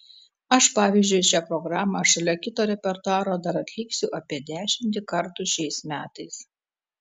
aš pavyzdžiui šią programą šalia kito repertuaro dar atliksiu apie dešimtį kartų šiais metais